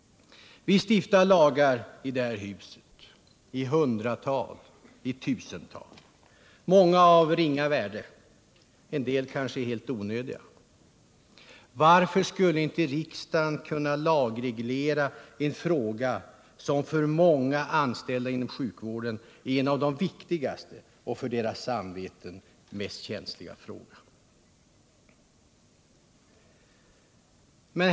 Vi stiftar lagar i det här huset i hundratal, ja, i tusental. Många är av ringa värde, en del kanske helt onödiga. Varför skulle då inte riksdagen kunna lagreglera en fråga som för många inom sjukvården är en av de viktigaste och för deras samveten den mest känsliga?